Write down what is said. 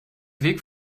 weg